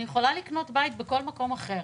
אני יכולה לקנות בית בכל מקום אחר,